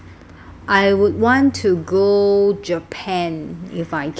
I would want to go japan if I can